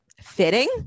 fitting